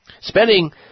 Spending